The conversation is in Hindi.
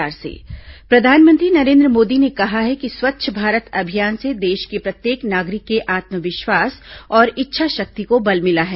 प्रधानमंत्री स्वच्छता केंद्र प्रधानमंत्री नरेन्द्र मोदी ने कहा है कि स्वच्छ भारत अभियान से देश के प्रत्येक नागरिक के आत्मविश्वास और इच्छा शक्ति को बल मिला है